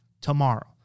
tomorrow